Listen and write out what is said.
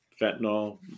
fentanyl